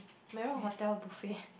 Marriot Hotel buffet